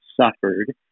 suffered